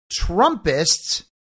Trumpists